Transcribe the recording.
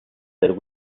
del